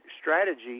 strategy